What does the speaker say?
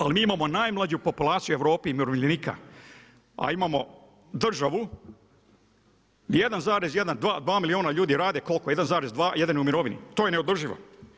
Ali mi imamo najmlađu populaciju u Europi umirovljenika, a imamo državu gdje 1,2 milijuna ljudi rade, koliko 1,2 u mirovini, to je neodrživo.